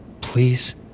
Please